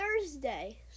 Thursday